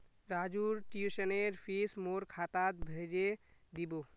राजूर ट्यूशनेर फीस मोर खातात भेजे दीबो